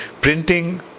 Printing